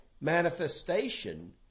manifestation